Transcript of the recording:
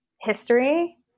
history